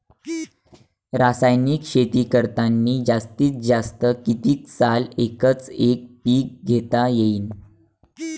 रासायनिक शेती करतांनी जास्तीत जास्त कितीक साल एकच एक पीक घेता येईन?